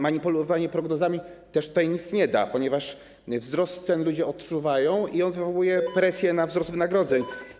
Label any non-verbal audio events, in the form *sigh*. Manipulowanie prognozami w tym wypadku nic nie da, ponieważ wzrost cen ludzie odczuwają i on wywołuje presję *noise* na wzrost wynagrodzeń.